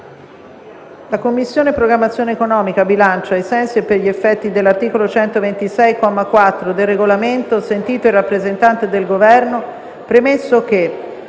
«La Commissione programmazione economica, bilancio, ai sensi e per gli effetti dell'articolo 126, comma 4, del Regolamento, sentito il rappresentante del Governo, premesso che: